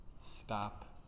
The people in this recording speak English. Stop